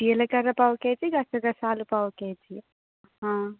జీలకర్ర పావు కేజీ గసగసాలు పావు కేజీ